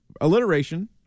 alliteration